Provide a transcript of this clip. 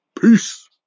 Peace